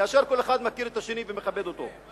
כאשר כל אחד מכיר את השני ומכבד אותו.